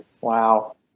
Wow